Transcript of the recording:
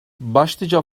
başlıca